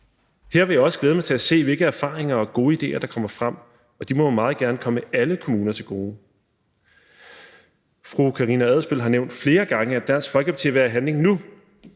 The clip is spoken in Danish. Her vil jeg også glæde mig til at se, hvilke erfaringer og gode idéer der kommer frem, og de må gerne komme alle kommuner til gode. Fru Karina Adsbøl har nævnt flere gange, at Dansk Folkeparti vil have handling nu.